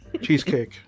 cheesecake